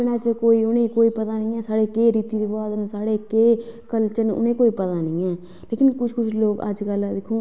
ते अपने च उनेंगी पता निं ऐ की साढ़े केह् रीति रवाज़ केह् कल्चर न उनेंगी कोई पता निं ऐ लेकिन कुछ कुछ लोग अज्जकल दिक्खो